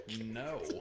No